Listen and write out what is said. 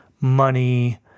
money